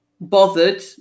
bothered